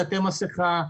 תעטה מסכה.